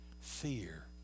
fear